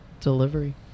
delivery